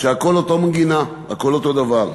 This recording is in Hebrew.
כשהכול אותה מנגינה, הכול אותו דבר.